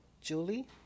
Julie